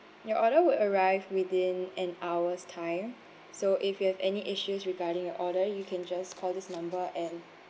your order would arrive within an hour's time so if you have any issues regarding your order you can just call this number and